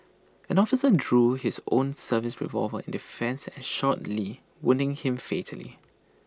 an officer drew his own service revolver in defence and shot lee wounding him fatally